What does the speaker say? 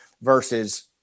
versus